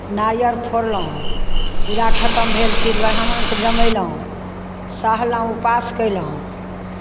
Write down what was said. नारियल फोड़लहुँ पूजा खतम भेल फिर ब्राह्मणकेँ जमयलहुँ सहलहुँ उपवास कयलहुँ